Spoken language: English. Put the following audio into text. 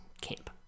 camp